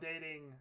dating